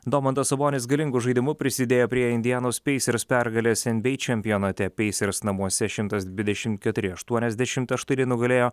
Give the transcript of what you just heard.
domantas sabonis galingu žaidimu prisidėjo prie indianos pacers pergalės nba čempionate pacers namuose šimtas dvidešimt keturi aštuoniasdešimt aštuoni nugalėjo